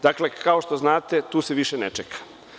Dakle, kao što znate, tu se više ne čeka.